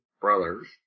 brothers